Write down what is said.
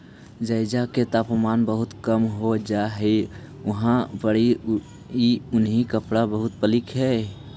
जेजा के तापमान बहुत कम हो जा हई उहाँ पड़ी ई उन्हीं कपड़ा बहुत बिक हई